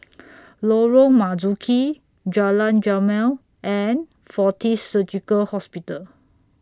Lorong Marzuki Jalan Jamal and Fortis Surgical Hospital